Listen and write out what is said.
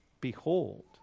Behold